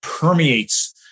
permeates